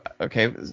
Okay